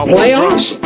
Playoffs